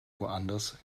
woanders